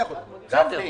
בסדר.